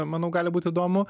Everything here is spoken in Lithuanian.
manau gali būt įdomu